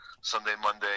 Sunday-Monday